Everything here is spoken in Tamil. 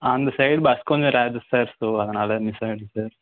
ஆ அந்த சைடு பஸ் கொஞ்சம் ரேரு சார் ஸோ அதனால் மிஸ் ஆகிடிச்சி சார்